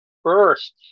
First